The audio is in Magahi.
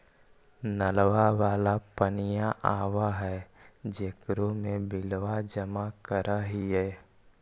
नलवा वाला पनिया आव है जेकरो मे बिलवा जमा करहिऐ?